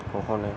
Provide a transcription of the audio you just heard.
কখনই